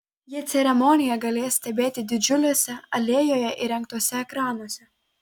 jie ceremoniją galės stebėti didžiuliuose alėjoje įrengtuose ekranuose